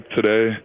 today